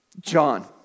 John